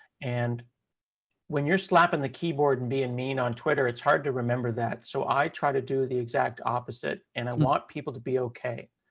and when you're slapping the keyboard and being and mean on twitter, it's hard to remember that. so i try to do the exact opposite. and i want people to be okay.